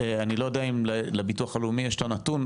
אני לא יודע אם לביטוח הלאומי יש את הנתון,